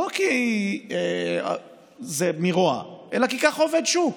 לא כי זה מרוע, אלא ככה עובד שוק.